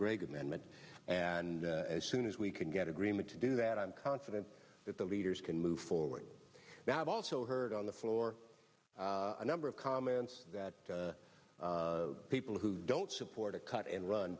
great amendment and as soon as we can get agreement to do that i'm confident that the leaders can move forward they have also heard on the floor a number of comments that people who don't support a cut and run